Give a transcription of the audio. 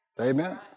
Amen